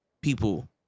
people